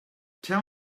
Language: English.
tell